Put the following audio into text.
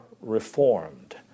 reformed